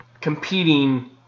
competing